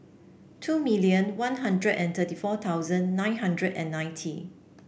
two million One Hundred and thirty four thousand nine hundred and ninety